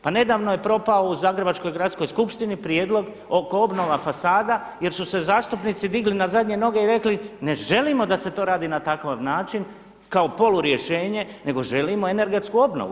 Pa nedavno je propao u zagrebačkoj gradskoj Skupštini prijedlog oko obnova fasada, jer su se zastupnici digli na zadnje noge i rekli ne želimo da se to radi na takav način kao polu rješenje, nego želimo energetsku obnovu.